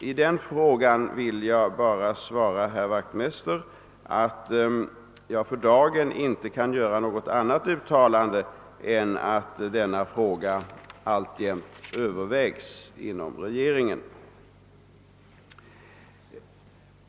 I denna sak vill jag bara till herr Wachtmeister säga att jag för dagen inte kan göra något annat uttalande än att denna fråga alltjämt övervägs inom regeringen.